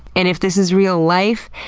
and if this is real life,